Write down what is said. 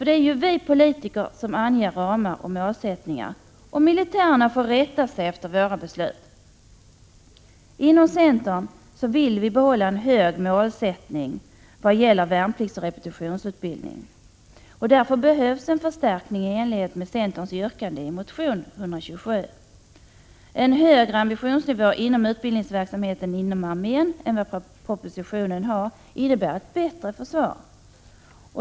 Det är vi politiker som anger ramar och målsättningar, och militärerna får rätta sig efter våra beslut. Inom centern vill vi behålla en hög målsättning vad gäller värnpliktsoch repetitionsutbildning. Därför behövs en förstärkning i enlighet med centerns yrkande i motion Fö127. En högre ambitionsnivå inom utbildningsverksamheten inom armén än vad propositionen har innebär ett bättre försvar.